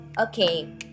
Okay